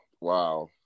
Wow